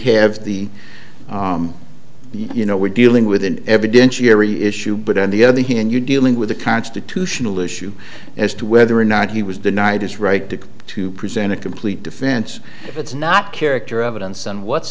have the you know we're dealing with an evidentiary issue but on the other hand you're dealing with a constitutional issue as to whether or not he was denied his right to to present a complete defense it's not character evidence and what's